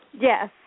Yes